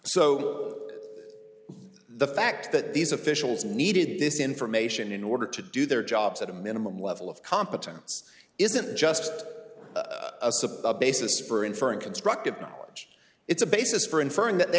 so the fact that these officials needed this information in order to do their jobs at a minimum level of competence isn't just a subsists for inferring constructive knowledge it's a basis for inferring that they